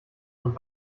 und